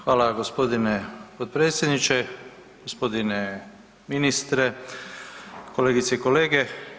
Hvala gospodine potpredsjedniče, gospodine ministre, kolegice i kolege.